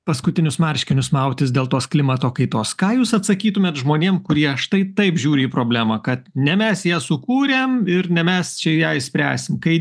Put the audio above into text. paskutinius marškinius mautis dėl tos klimato kaitos ką jūs atsakytumėt žmonėm kurie štai taip žiūri į problemą kad ne mes ją sukūrėm ir ne mes čia ją išspręsim kai